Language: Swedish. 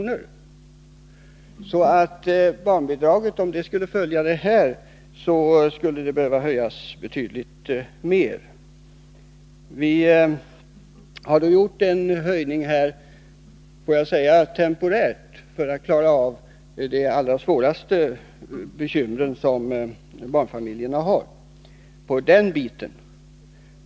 Barnbidraget skulle alltså ha behövt höjas betydligt mer än 300 kr. Jag håller med om att höjningen av barnbidraget inte kommer att räcka till för att kompensera de kostnadsökningar som sker. Vi har genomfört en höjning temporärt för att klara av de allra svåraste bekymmer som barnfamiljerna har på den biten.